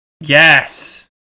Yes